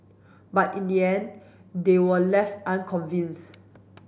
but in the end they were left unconvinced